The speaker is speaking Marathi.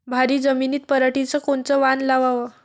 भारी जमिनीत पराटीचं कोनचं वान लावाव?